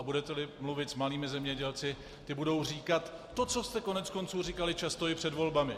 A budeteli mluvit s malými zemědělci, ti budou říkat to, co jste koneckonců říkali často i před volbami: